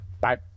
Bye